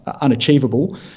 unachievable